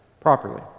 properly